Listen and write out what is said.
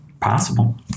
Possible